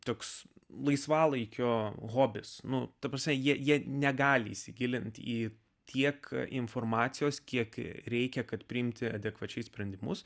toks laisvalaikio hobis nu ta prasme jie negali įsigilinti į tiek informacijos kiekį reikia kad priimti adekvačius sprendimus